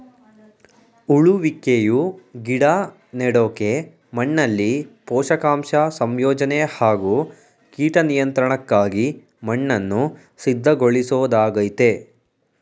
ಉಳುವಿಕೆಯು ಗಿಡ ನೆಡೋಕೆ ಮಣ್ಣಲ್ಲಿ ಪೋಷಕಾಂಶ ಸಂಯೋಜನೆ ಹಾಗೂ ಕೀಟ ನಿಯಂತ್ರಣಕ್ಕಾಗಿ ಮಣ್ಣನ್ನು ಸಿದ್ಧಗೊಳಿಸೊದಾಗಯ್ತೆ